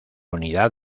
unidad